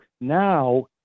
now